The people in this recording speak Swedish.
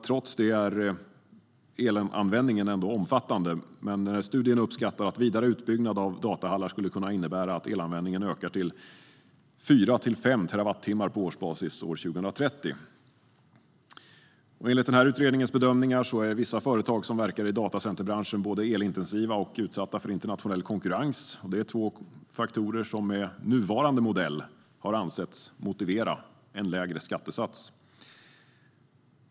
Trots detta är elanvändningen omfattande. Studien uppskattar att vidare utbyggnad av datahallar skulle kunna innebära att elanvändningen ökar till 4-5 TWh på årsbasis 2030." Där står också: "Enligt utredningens bedömningar är vissa företag som verkar i datacenterbranschen både elintensiva och utsatta för internationell konkurrens. Det är två faktorer som med nuvarande modell har ansetts motivera en lägre skattesats.